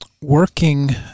working